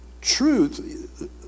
truth